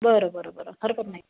बरं बरं बरं हरकत नाही